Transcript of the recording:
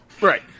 Right